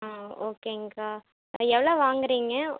ஆ ஓகேங்கக்கா ஆ எவ்வளோ வாங்குறிங்கள்